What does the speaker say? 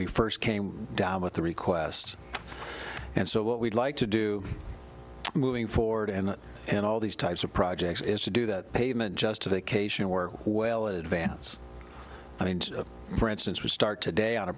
we first came down with the request and so what we'd like to do moving forward and and all these types of projects is to do that pavement justification work well in advance i mean for instance we start today on a